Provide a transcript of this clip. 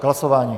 K hlasování?